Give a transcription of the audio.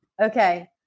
Okay